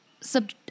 sub